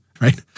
right